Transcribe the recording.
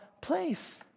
place